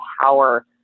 power